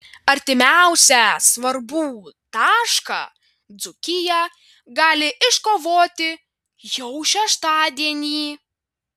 artimiausią svarbų tašką dzūkija gali iškovoti jau šeštadienį